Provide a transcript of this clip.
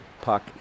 puck